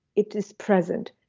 it is present,